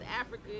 Africa